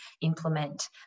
implement